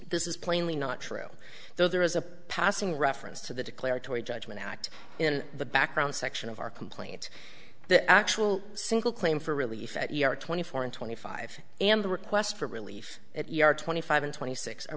this is plainly not true though there is a passing reference to the declaratory judgment act in the background section of our complaint the actual single claim for relief at year twenty four and twenty five and the request for relief at yard twenty five and twenty six